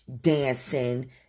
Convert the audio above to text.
dancing